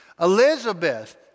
Elizabeth